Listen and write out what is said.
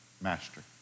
Master